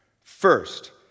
First